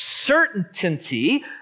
certainty